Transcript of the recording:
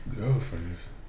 girlfriends